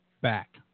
back